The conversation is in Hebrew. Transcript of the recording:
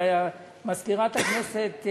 ומזכירת הכנסת,